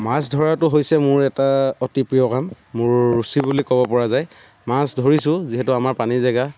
মাছ ধৰাতো হৈছে মোৰ এটা অতি প্ৰিয় কাম মোৰ ৰুচি বুলি ক'ব পৰা যায় মাছ ধৰিছোঁ যিহেতু আমাৰ পানীৰ জেগা